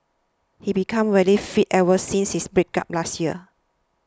he became very fit ever since his breakup last year